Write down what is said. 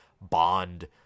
Bond